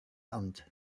amt